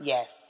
Yes